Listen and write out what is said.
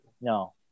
no